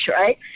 right